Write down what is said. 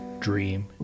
dream